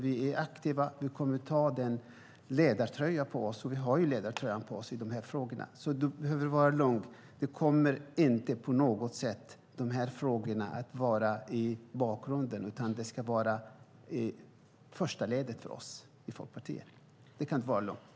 Vi är aktiva, och vi kommer att behålla den ledartröja som vi har på oss i dessa frågor. Du kan vara lugn; dessa frågor kommer inte på något sätt att vara i bakgrunden. De kommer att vara i första ledet för oss i Folkpartiet. Det kan du vara lugn för.